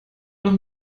noch